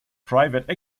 private